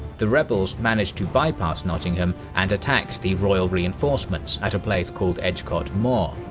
the rebels managed to bypass nottingham and attacked the royal reinforcements at a place called edgecote moor.